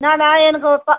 நானா எனக்கு ஒரு ப